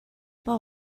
but